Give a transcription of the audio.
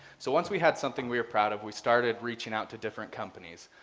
so once we had something we are proud of we started reaching out to different companies.